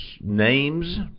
names